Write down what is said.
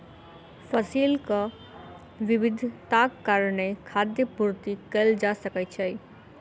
फसीलक विविधताक कारणेँ खाद्य पूर्ति कएल जा सकै छै